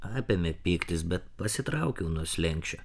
apėmė pyktis bet pasitraukiau nuo slenksčio